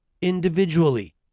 individually